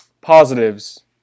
Positives